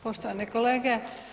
Poštovani kolege.